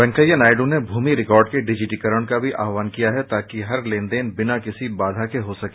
वेंकैया नायडू ने भूमि रिकॉर्ड के डिजिटीकरण का भी आह्वान किया है ताकि हर लेन देन बिना किसी बाधा के हो सके